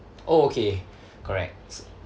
oh okay correct